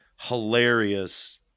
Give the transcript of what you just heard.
hilarious